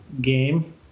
game